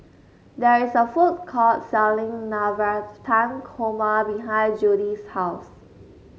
there is a food court selling Navratan Korma behind Judi's house